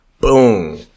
Boom